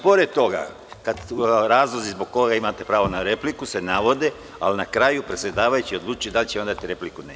Pored toga se navode razlozi zbog kojih imate pravo na repliku, ali na kraju predsedavajući odlučuje da li će vam dati repliku ili ne.